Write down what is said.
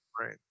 right